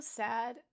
sad